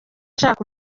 ashaka